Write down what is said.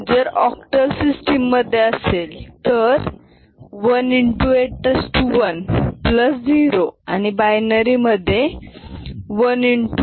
जर octal system असेल तर 1x810 आणि बायनरी मधे 1x21